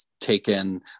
taken